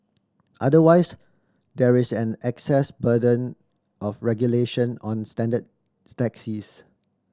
otherwise there is an access burden of regulation on standard taxis